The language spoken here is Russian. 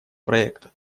проекта